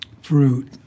fruit